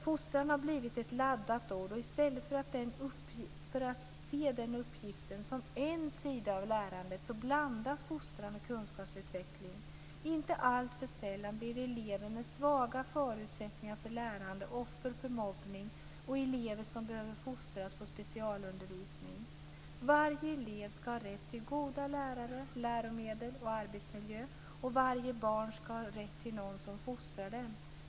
Fostran har blivit ett laddat ord, och i stället för att se den uppgiften som en sida av lärandet, så blandas fostran och kunskapsutveckling. Inte alltför sällan blir elever med svaga förutsättningar för lärande offer för mobbning, och elever som behöver fostras får specialundervisning. Varje elev ska ha rätt till goda lärare, goda läromedel och en god arbetsmiljö, och varje barn ska ha rätt till någon som fostrar dem.